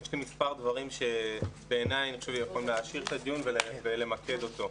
יש מספר דברים שבעיניי יכולים להעשיר את הדיון ולמקד אותו.